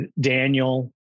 Daniel